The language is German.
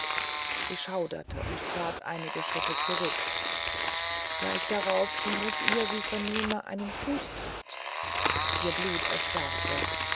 sie schauderte und trat einige schritte zurück gleich darauf schien es ihr sie vernehme einen fußtritt ihr blut erstarrte